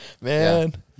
Man